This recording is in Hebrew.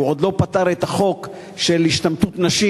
הוא עוד לא פתר את החוק של השתמטות נשים,